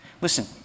Listen